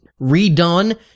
redone